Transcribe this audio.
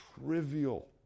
trivial